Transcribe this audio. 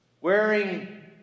wearing